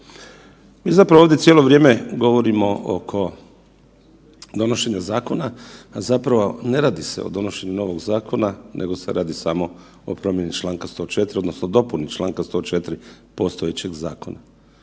Mi zapravo ovdje cijelo vrijeme govorimo oko donošenja zakona, a zapravo ne radi se o donošenju novog zakona, nego se radi samo o promjeni čl. 104. odnosno dopuni čl. 104. postojećeg zakona